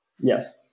Yes